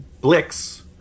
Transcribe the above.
Blix